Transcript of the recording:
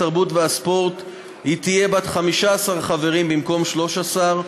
התרבות והספורט תהיה בת 15 חברים במקום 13,